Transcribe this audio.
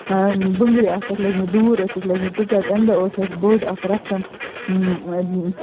بٔنٛگرِ آسہِ اَسہِ لٲگۍمٕتۍ دوٗر ٲسۍ اَسہِ لٲگۍمٕتۍ تِکیٛازِ اَمہِ دۄہ اوس اَسہِ بوٚڈ اَکھ رسم